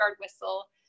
whistle